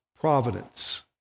providence